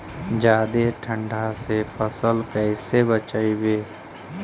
जादे ठंडा से फसल कैसे बचइबै?